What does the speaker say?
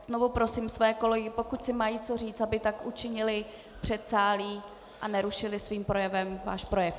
Znovu prosím své kolegy, pokud si mají co říct, aby tak učinili v předsálí a nerušili svým projevem váš projev.